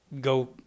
go